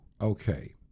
Okay